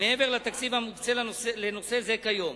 מעבר לתקציב המוקצה לנושא זה כיום.